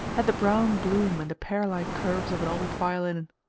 had the brown bloom and the pear-like curves of an old violin.